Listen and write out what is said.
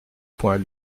point